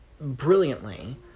brilliantly